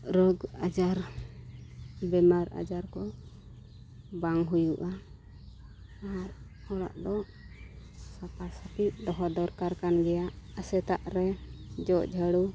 ᱨᱳᱜᱽ ᱟᱡᱟᱨ ᱵᱤᱢᱟᱨ ᱟᱡᱟᱨ ᱠᱚ ᱵᱟᱝ ᱦᱩᱭᱩᱜᱼᱟ ᱟᱨ ᱚᱲᱟᱜ ᱫᱚ ᱥᱟᱯᱷᱟ ᱥᱟᱯᱷᱤ ᱫᱚᱦᱚ ᱫᱚᱨᱠᱟᱨ ᱠᱟᱱ ᱜᱮᱭᱟ ᱥᱮᱛᱟᱜ ᱨᱮ ᱡᱚᱜ ᱡᱷᱟᱹᱲᱩ